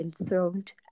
enthroned